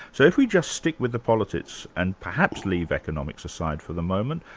so if we just stick with the politics and perhaps leave economics aside for the moment,